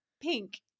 pink